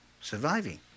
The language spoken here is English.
surviving